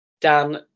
Dan